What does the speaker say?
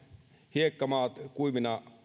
hiekkamaat kuivina